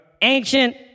ancient